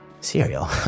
cereal